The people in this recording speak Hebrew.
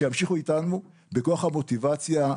שימשיכו איתנו בכוח המוטיבציה,